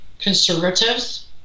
conservatives